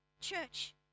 Church